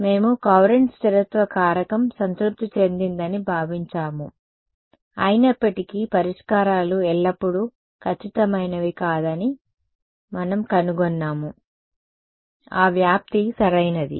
మేము కౌరంట్ స్థిరత్వ కారకం సంతృప్తి చెందిందని భావించాము అయినప్పటికీ పరిష్కారాలు ఎల్లప్పుడూ ఖచ్చితమైనవి కాదని మనం కనుగొన్నాము ఆ వ్యాప్తి సరైనది